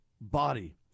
body